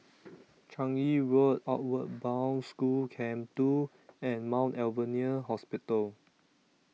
Changi Road Outward Bound School Camp two and Mount Alvernia Hospital